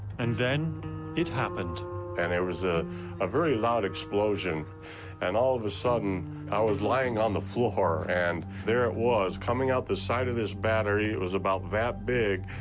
and then it happened. leon and there was ah a very loud explosion and all of a sudden i was lying on the floor and there it was coming out the side of this battery. it was about that big,